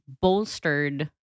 bolstered